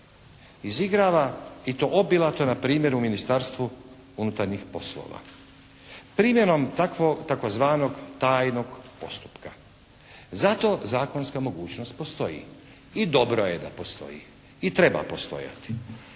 Izigrava i to obilato na primjeru Ministarstvu unutarnjih poslova primjenom takvog tzv. tajnog postupka. Za to zakonska mogućnost postoji. I dobro je da postoji. I treba postojati.